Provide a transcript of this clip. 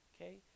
Okay